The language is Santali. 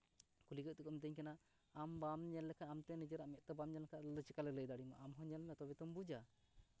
ᱠᱩᱞᱤ ᱠᱟᱛᱮᱫ ᱠᱚ ᱢᱤᱛᱟᱹᱧ ᱠᱟᱱᱟ ᱟᱢ ᱵᱟᱢ ᱧᱮᱞ ᱞᱮᱠᱷᱟᱱ ᱟᱢ ᱛᱮ ᱱᱤᱡᱮᱨᱟᱜ ᱢᱮᱫ ᱛᱮ ᱵᱟᱢ ᱧᱮᱞ ᱞᱮᱠᱷᱟᱱ ᱪᱤᱠᱟᱞᱮ ᱞᱟᱹᱭ ᱫᱟᱲᱮᱭᱟᱢᱟ ᱟᱢᱦᱚᱸ ᱧᱮᱞ ᱢᱮ ᱛᱚᱵᱮ ᱛᱚᱢ ᱵᱩᱡᱟ